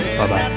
Bye-bye